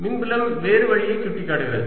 மின்புலம் வேறு வழியை சுட்டிக்காட்டுகிறது